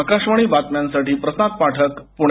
आकाशवाणी बातम्यांसाठी प्रसाद पाठक प्णे